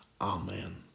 Amen